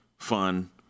fun